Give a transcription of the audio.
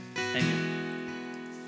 amen